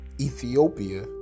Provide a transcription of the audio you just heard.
Ethiopia